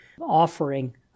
offering